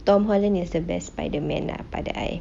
tom holland is the best spiderman lah pada I